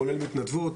כולל מתנדבות.